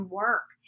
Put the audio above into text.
work